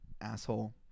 asshole